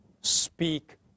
speak